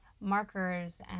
markers